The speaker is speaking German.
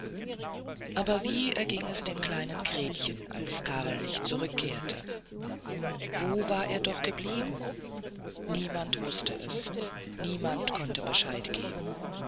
aber wie erging es dem kleinen gretchen als karl nicht zurückkehrte wo war er doch geblieben niemand wußte es niemand konnte bescheid geben